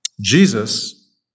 Jesus